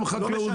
גם חקלאות,